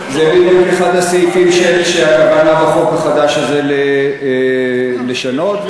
זה בדיוק אחד הסעיפים שהחוק החדש הזה בא לשנות,